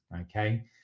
okay